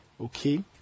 Okay